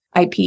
IP